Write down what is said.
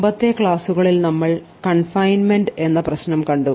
മുമ്പത്തെ പ്രഭാഷണങ്ങളിൽ നമ്മൾ confinement എന്ന പ്രശ്നം കണ്ടു